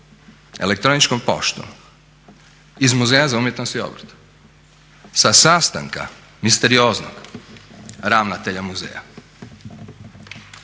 elektroničkom poštom iz Muzeja za umjetnosti i obrt sa sastanka misterioznog ravnatelja muzeja.